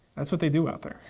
that's what they do out there.